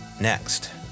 next